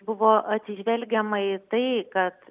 buvo atsižvelgiama į tai kad